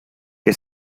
que